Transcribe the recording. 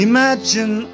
Imagine